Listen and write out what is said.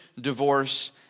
divorce